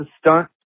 stunt